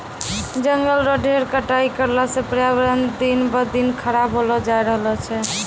जंगल रो ढेर कटाई करला सॅ पर्यावरण दिन ब दिन खराब होलो जाय रहलो छै